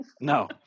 No